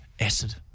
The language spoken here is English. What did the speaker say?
acid